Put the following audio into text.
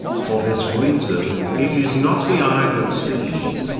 for this reason, it is not the eye that sees,